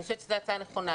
אני חושבת שזו הצעה נכונה.